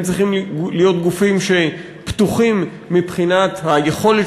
הם צריכים להיות גופים פתוחים מבחינת היכולת